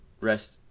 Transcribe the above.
rest